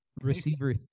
receiver